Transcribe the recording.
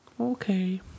Okay